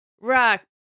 Rock